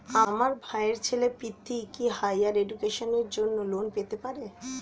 আমার ভাইয়ের ছেলে পৃথ্বী, কি হাইয়ার এডুকেশনের জন্য লোন পেতে পারে?